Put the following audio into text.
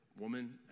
woman